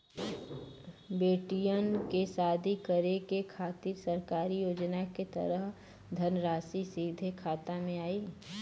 बेटियन के शादी करे के खातिर सरकारी योजना के तहत धनराशि सीधे खाता मे आई?